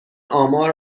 آمار